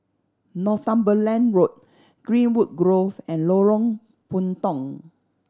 Northumberland Road Greenwood Grove and Lorong Puntong